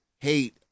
hate